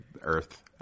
Earth